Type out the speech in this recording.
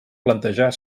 plantejar